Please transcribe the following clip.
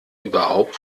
überhaupt